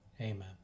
Amen